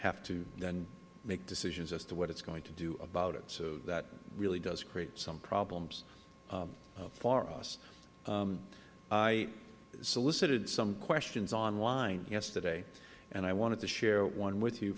have to then make decisions as to what it is going to do about it so that really does create some problems for us i solicited some questions online yesterday and i wanted to share one with you